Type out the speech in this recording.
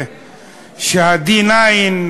וה-9D-,